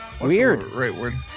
Weird